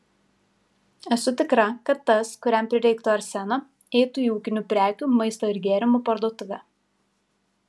esu tikra kad tas kuriam prireiktų arseno eitų į ūkinių prekių maisto ir gėrimų parduotuvę